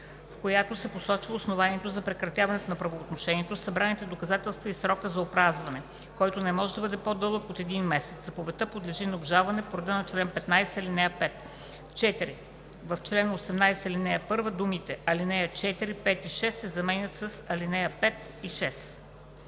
в която се посочва основанието за прекратяването на правоотношението, събраните доказателства и срокът за опразване, който не може да бъде по-дълъг от един месец. Заповедта подлежи на обжалване по реда на чл. 15, ал. 5.“ 4. В чл. 18, ал. 1 думите „ал. 4, 5 и 6“ се заменят с „ал. 5 и 6“.“